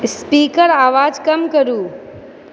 स्पीकरके आवाज कम करू